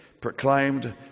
proclaimed